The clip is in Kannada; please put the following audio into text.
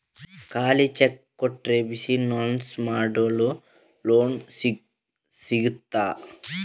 ಖಾಲಿ ಚೆಕ್ ಕೊಟ್ರೆ ಬಿಸಿನೆಸ್ ಮಾಡಲು ಲೋನ್ ಸಿಗ್ತದಾ?